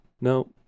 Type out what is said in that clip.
No